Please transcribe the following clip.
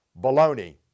Baloney